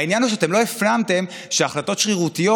העניין הוא שלא הפנמתם שהחלטות שרירותיות,